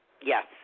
Yes